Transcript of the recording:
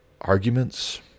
arguments